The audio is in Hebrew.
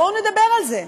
בואו נדבר על זה.